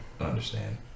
understand